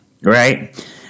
Right